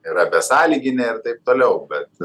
yra besąlyginė ir taip toliau bet